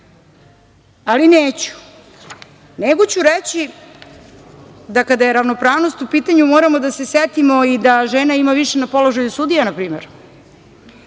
ali neću, nego ću reći ću da kada je ravnopravnost u pitanju moramo da se setimo i da žena ima više na položaju sudija, npr.